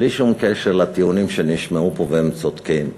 בלי שום קשר לטיעונים שנשמעו פה, והם צודקים,